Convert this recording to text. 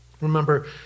Remember